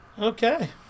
Okay